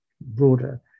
broader